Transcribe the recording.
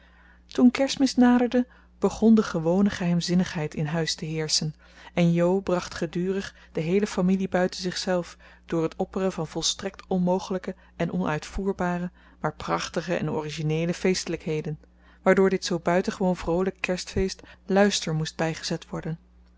toen kerstmis naderde begon de gewone geheimzinnigheid in huis te heerschen en jo bracht gedurig de heele familie buiten zichzelf door het opperen van volstrekt onmogelijke en onuitvoerbare maar prachtige en origineele feestelijkheden waardoor dit zoo buitengewoon vroolijk kerstfeest luister moest bijgezet worden